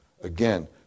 Again